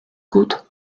good